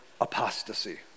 apostasy